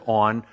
on